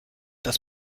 das